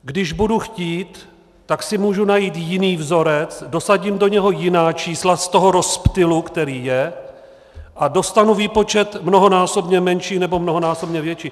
Když budu chtít, tak si můžu najít jiný vzorec, dosadím do něj jiná čísla z toho rozptylu, který je, a dostanu výpočet mnohonásobně menší, nebo mnohonásobně větší.